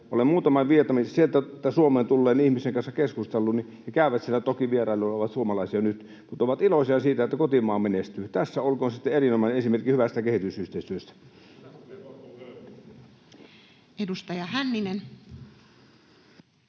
olen muutaman Vietnamista Suomeen tulleen ihmisen kanssa keskustellut, niin he käyvät siellä toki vierailulla, ovat suomalaisia nyt, mutta ovat iloisia siitä, että kotimaa menestyy. Tässä olkoon sitten erinomainen esimerkki hyvästä kehitysyhteistyöstä. [Juha Mäenpää: